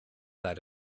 that